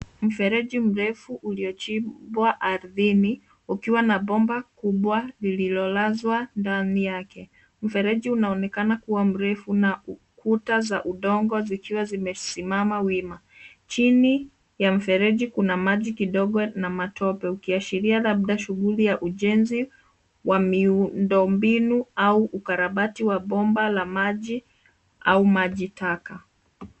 Mfereji mrefu uliochimbwa ardhini, ukiwa na bomba kubwa lililolazwa ndani yake. Mfereji unaonekana kuwa mrefu na ukuta za udongo zikiwa zimesimama wima. Chini ya mfereji kuna maji kidogo na matope ukiashiria labda shughuli ya ujenzi wa miundombinu au ukarabati wa bomba la maji au maji taka.